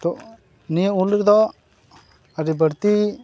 ᱛᱚ ᱱᱤᱭᱟᱹ ᱩᱞ ᱨᱮᱫᱚ ᱟᱹᱰᱤ ᱵᱟᱹᱲᱛᱤ